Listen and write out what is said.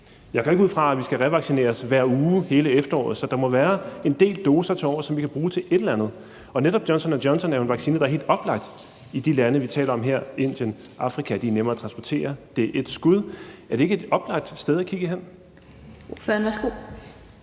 Jeg går ikke ud fra, at vi skal revaccineres hver uge hele efteråret, så der må være en del doser tilovers, som vi kan bruge til et eller andet, og netop Johnson og Johnson er jo en vaccine, der er helt oplagt i de lande, vi taler om her, altså Indien og lande i Afrika. De er nemme at transportere, og det er ét skud. Er det ikke et oplagt sted at kigge hen? Kl. 17:01 Den fg.